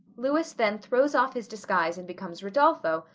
louis then throws off his disguise and becomes rodolpho,